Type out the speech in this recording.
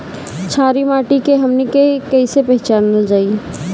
छारी माटी के हमनी के कैसे पहिचनल जाइ?